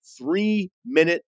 three-minute